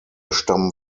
stammen